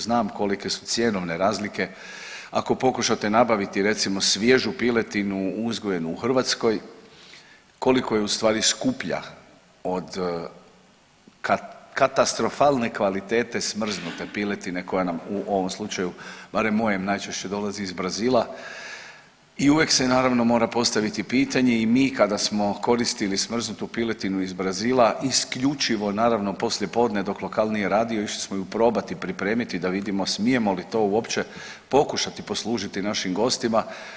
Znam kolike su cjenovne razlike ako pokušate nabaviti recimo svježu piletinu uzgojenu u Hrvatskoj, koliko je u stvari skuplja od katastrofalne kvalitete smrznute piletine koja vam u ovom slučaju, barem mojem najčešće dolazi iz Brazila i uvijek se naravno mora postaviti pitanje i mi kada smo koristili smrznutu piletinu iz Brazila isključivo naravno poslije podne dok lokal nije radio išli smo je probati pripremiti da vidimo smijemo li to uopće pokušati poslužiti našim gostima.